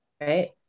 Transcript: right